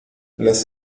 las